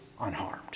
unharmed